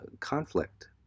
conflict